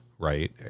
right